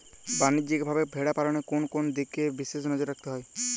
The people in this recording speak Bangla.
বাণিজ্যিকভাবে ভেড়া পালনে কোন কোন দিকে বিশেষ নজর রাখতে হয়?